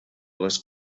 les